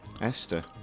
Esther